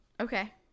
Okay